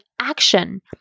action